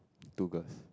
two girls